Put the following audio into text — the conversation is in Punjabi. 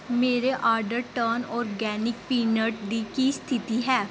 ਮੇਰੇ ਆਰਡਰ ਟਰਨ ਆਰਗੈਨਿਕ ਪੀਨਟ ਦੀ ਕੀ ਸਥਿੱਤੀ ਹੈ